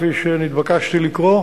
כפי שנתבקשתי לקרוא,